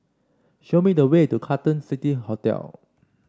show me the way to Carlton City Hotel